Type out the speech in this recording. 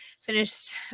finished